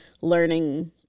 learning